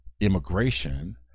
immigration